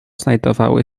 znajdowały